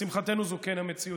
לשמחתנו, זו כן המציאות.